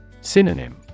Synonym